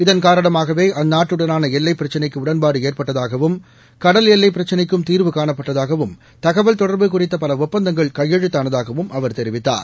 இதன் காரணமாகவே அந்நாட்டுடனான எல்லைப் பிரச்சினைக்கு உடன்பாடு ஏற்பட்டதாகவும் கடல் எல்லைப் பிரச்சினைக்கும் தீர்வு காணப்பட்டதாகவும் தகவல் தொடர்பு குறித்த பல ஒப்பந்தங்கள் கையெழுத்தானதாகவும் அவர் தெரிவித்தார்